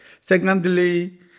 Secondly